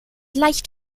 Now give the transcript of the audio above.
leicht